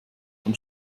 von